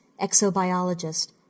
exobiologist